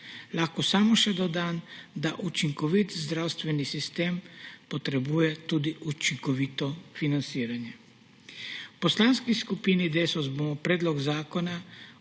Lahko samo še dodam, da učinkovit zdravstveni sistem potrebuje tudi učinkovito financiranje. V Poslanski skupini Desus bomo predlog zakona